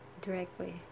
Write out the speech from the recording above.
directly